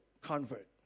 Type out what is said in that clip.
convert